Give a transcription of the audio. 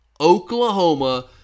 Oklahoma